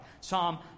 Psalm